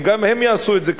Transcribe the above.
אם גם הם יעשו את זה כמונו,